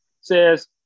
says